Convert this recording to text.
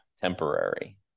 temporary